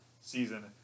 season